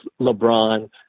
LeBron